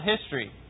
history